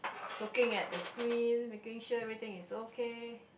looking at the screen making sure everything is okay